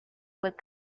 would